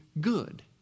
good